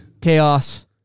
chaos